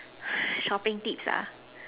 shopping tips